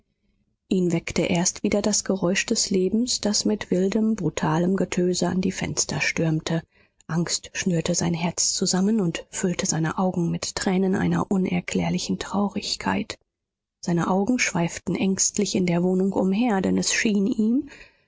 ihn weckte erst wieder das geräusch des lebens das mit wildem brutalem getöse an die fenster stürmte angst schnürte sein herz zusammen und füllte seine augen mit tränen einer unerklärlichen traurigkeit seine augen schweiften ängstlich in der wohnung umher denn es schien ihm